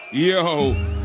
Yo